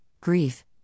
grief